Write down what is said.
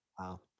Wow